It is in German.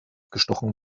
gestochen